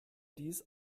dies